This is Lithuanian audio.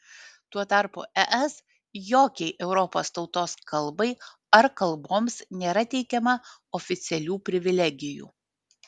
tuo tarpu es jokiai europos tautos kalbai ar kalboms nėra teikiama oficialių privilegijų